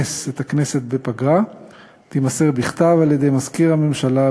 את הכנסת בפגרה תימסר בכתב למזכיר הכנסת,